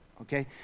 okay